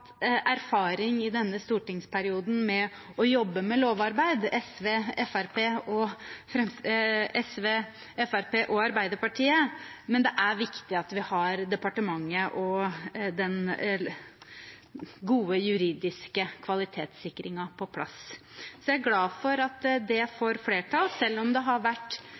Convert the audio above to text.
erfaring i denne stortingsperioden med å jobbe med lovarbeid, men det er viktig at vi har departementet og den gode juridiske kvalitetssikringen på plass. Så jeg er glad for at det får flertall, selv om det har vært